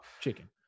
Chicken